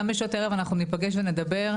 גם בשעות הערב אנחנו ניפגש ונדבר.